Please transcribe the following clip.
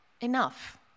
enough